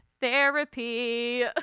therapy